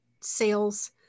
sales